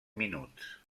minuts